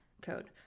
code